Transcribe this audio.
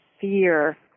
Fear